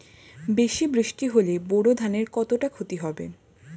বেশি বৃষ্টি হলে বোরো ধানের কতটা খতি হবে?